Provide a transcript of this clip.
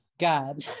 god